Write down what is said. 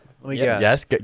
Yes